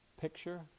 picture